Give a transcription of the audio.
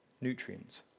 Nutrients